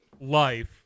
life